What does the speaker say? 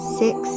six